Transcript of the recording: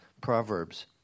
Proverbs